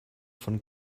von